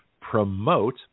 promote